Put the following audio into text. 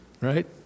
right